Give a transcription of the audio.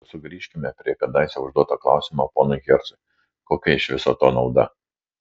bet sugrįžkime prie kadaise užduoto klausimo ponui hercui kokia iš viso to nauda